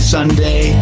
Sunday